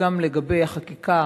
גם לגבי החקיקה